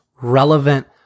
relevant